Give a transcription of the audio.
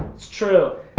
it's true.